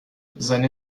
seine